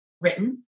written